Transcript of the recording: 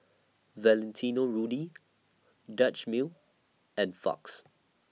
Valentino Rudy Dutch Mill and Fox